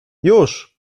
już